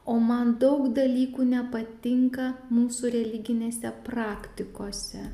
o man daug dalykų nepatinka mūsų religinėse praktikose